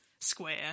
square